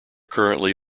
currently